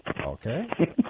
Okay